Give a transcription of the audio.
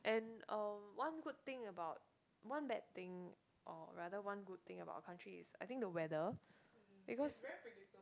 and um one good thing about one bad thing or rather one good thing about the country is I think the weather because